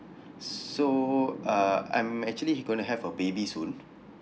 so uh I'm actually gonna have a baby soon